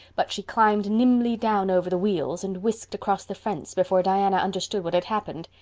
but she climbed nimbly down over the wheels, and whisked across the fence before diana understood what had happened.